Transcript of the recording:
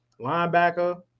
linebacker